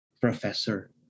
professor